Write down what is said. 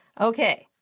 Okay